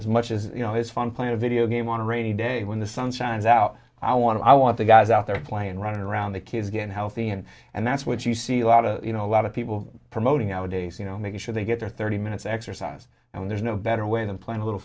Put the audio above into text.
as much as you know has fun playing a video game on a rainy day when the sun shines out i want to i want the guys out there playing running around the kids get healthy and and that's what you see a lot of you know a lot of people promoting our days you know making sure they get their thirty minutes exercise and there's no better way than playing a little